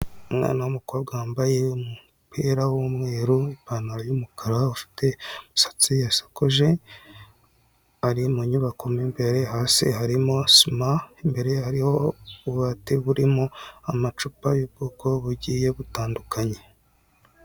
Umwana w'umukobwa wambaye umupira w'umweru, ipantaro y'umukara ufite umusatsi yasokoje ari mu nyubako mo imbere hasi harimo sima imbere ye hariho ububati buriho amacupa y'ubwoko bugiye butandukanye.